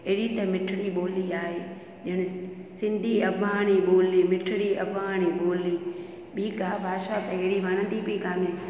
अहिड़ी त मिठिड़ी ॿोली आहे ॼण सिंधी अबाणी बोली मिठिड़ी अबाणी ॿोली ॿीं का भाषा त अहिड़ी वणंदी बि कान्हे